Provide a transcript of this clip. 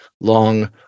Long